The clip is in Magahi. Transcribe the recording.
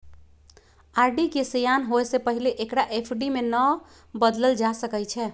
आर.डी के सेयान होय से पहिले एकरा एफ.डी में न बदलल जा सकइ छै